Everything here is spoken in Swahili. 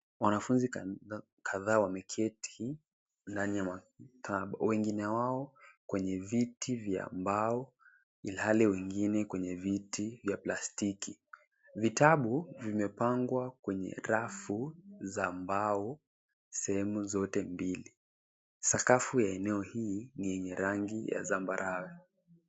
Wanafunzi kadhaa wameketi ndani ya maktaba. Wengine wao kwenye viti vya mbao ilhali wengine kwenye viti vya plastiki. Vitabu vimepangwa kwenye rafu ya mbao sehemu zote mbili. Sakafu ya eneo hii ni ya rangi ya zambarau.